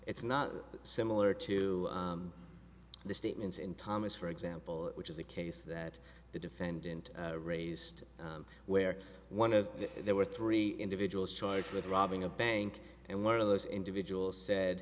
it's not similar to the statements in thomas for example which is a case that the defendant raised where one of the there were three individuals charged with robbing a bank and one of those individuals said